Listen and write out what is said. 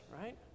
right